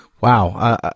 Wow